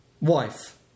wife